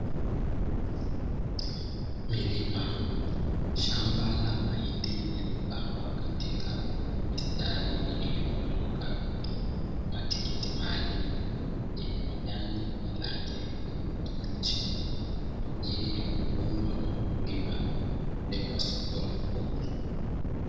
Milima shamba la mahindi yaliyo pandwa na kuekwa katika mistari iliyo nyooka, matikiti maji yenye majani rangi ya kijani kibichi kwa ajili ya kuvunwa na wakulima na kupelekwa sokoni kuuzwa.